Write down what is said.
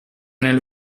nel